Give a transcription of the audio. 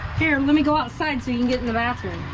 here, let me go outside so you can get in the bathroom